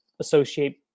associate